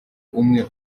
umwe